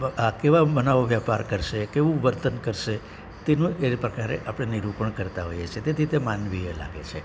આ કેવા મનાવ વેપાર કરશે કેવું વર્તન કરશે તેનું એ પ્રકારે આપણે નિરૂપણ કરતા હોઈએ છીએ તેથી તે માનવીય લાગે છે